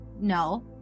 no